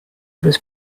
was